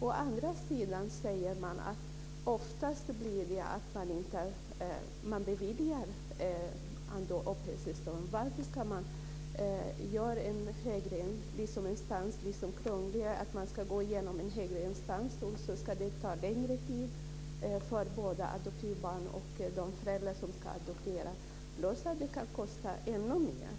Å andra sidan säger man att det oftast ändå blir så att uppehållstillståndet beviljas. Varför ska man krångla med att gå igenom en högre instans så att det tar längre tid för både adoptivbarnen och för de föräldrar som ska adoptera, plus att det kan kosta ännu mer?